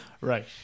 Right